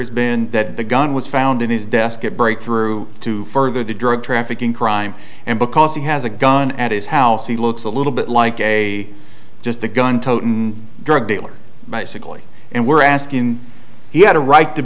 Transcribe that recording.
has been that the gun was found in his desk it breakthrough to further the drug trafficking crime and because he has a gun at his house he looks a little bit like a just the gun towton drug dealer sickly and we're asking he had a right to